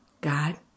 God